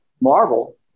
Marvel